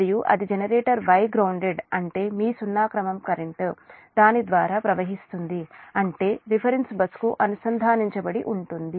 మరియు అది generator Y grounded అంటే మీ సున్నా క్రమం కరెంట్ దాని ద్వారా ప్రవహిస్తుంది అంటే రిఫరెన్స్ బస్కు అనుసంధానించబడి ఉంటుంది